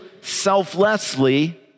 selflessly